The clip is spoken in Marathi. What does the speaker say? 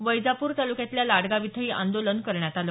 वैजापूर तालुक्यातल्या लाडगाव इथंही आंदोलन करण्यात आलं